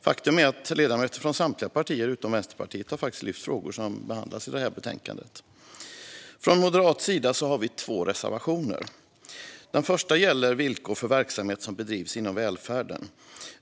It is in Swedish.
Faktum är att ledamöter från alla partier utom Vänsterpartiet har lyft upp frågor som behandlas i detta betänkande. Från moderat sida har vi två reservationer. Den första gäller villkor för verksamhet som bedrivs inom välfärden.